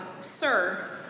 Sir